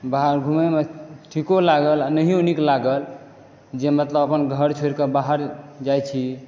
बाहर घूमैमे ठीको लागल आ नहियो नीक लागल जे मतलब अपन घर छोड़िके बाहर जाइ छी